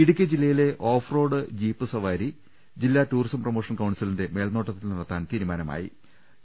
ഇടുക്കി ജില്ലയിലെ off road jeep സവാരി ജില്ലാ ടൂറിസം പ്രൊമോഷൻ കൌൺസിലിന്റെ മേൽനോട്ടത്തിൽ നട ത്താൻ തീരുമാനമായി